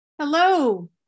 Hello